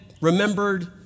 remembered